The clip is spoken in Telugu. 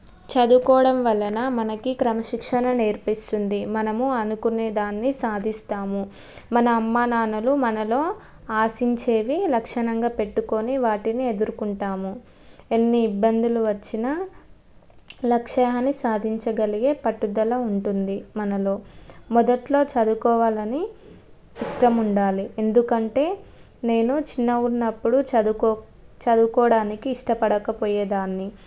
చదువుకోవడం వలన మనకి క్రమశిక్షణ నేర్పిస్తుంది మనం అనుకునే దాన్ని సాధిస్తాం మన అమ్మా నాన్నలు మనలో ఆశించేవి లక్ష్యంగా పెట్టుకొని వాటిని ఎదుర్కొంటాము ఎన్ని ఇబ్బందులు వచ్చిన లక్ష్యాన్ని సాధించగలిగే పట్టుదల ఉంటుంది మనలో మొదట్లో చదువుకోవాలని ఇష్టం ఉండాలి ఎందుకంటే నేను చిన్నగా ఉన్నప్పుడు చదువుకో చదువుకోడానికి ఇష్టపడకపోయే దాన్ని